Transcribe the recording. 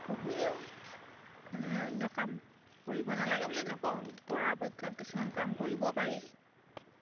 পুহিলেও মানুহে অন্য কাম কৰিব নালাগে বুলি নকওঁ পৰাপক্ষত কিছুমান কাম কৰিব পাৰি